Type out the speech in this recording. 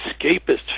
escapist